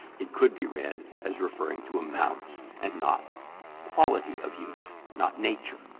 it could be read as referring to amounts, and not quality of use, not nature.